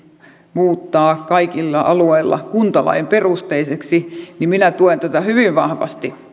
muuttaa kaikilla alueilla kuntalain perusteiseksi minä tuen tätä hyvin vahvasti